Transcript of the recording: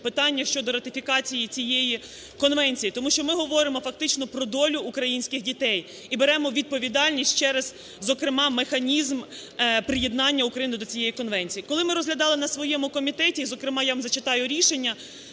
питання щодо ратифікації цієї конвенції. Тому що ми говоримо фактично про долю українських дітей і беремо відповідальність через, зокрема, механізм приєднання України до цієї конвенції. Коли ми розглядали на своєму комітеті, зокрема я вам зачитаю рішення,